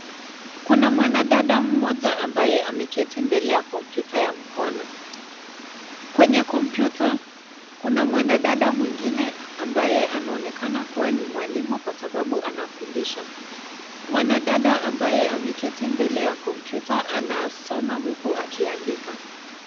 Kuna mwanadada mmoja ambaye ameketi mbele ya kompyuta ya mkono. Kwenye kompyuta, kuna mwanadada mwingine ambaye anaonekana kuwa ni mwalimu kwa sababu anafundisha. Mwanadada ambaye ameketi mbele ya kompyuta anasoma huku akiandika.